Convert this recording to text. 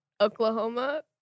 Oklahoma